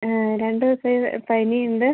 രണ്ട് ദിവസായി പനിയുണ്ട്